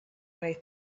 way